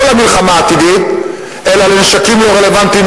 לא למלחמה העתידית אלא לנשקים לא רלוונטיים,